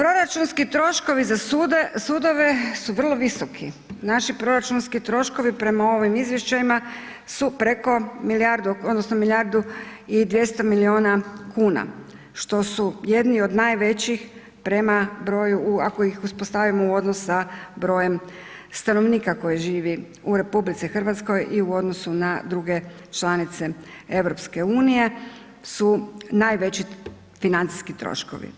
Proračunski troškovi za sudove su vrlo visoki, naši proračunski troškovi prema ovim izvještajima su preko milijardu, odnosno milijardu i 200 milijuna kuna što su jedni od najvećih prema broju ako ih uspostavimo u odnos sa brojem stanovnika koji živi u RH i u odnosu na druge članice EU, su najveći financijski troškovi.